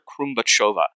Krumbachova